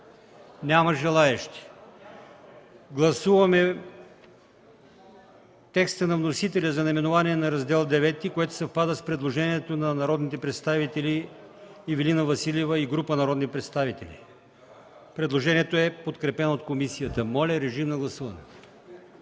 Няма желаещи. Гласуваме текста на вносителя за наименование на Раздел IX, който съвпада с предложението на народния представител Ивелина Василева и група народни представители. Предложението е подкрепено от комисията. Гласували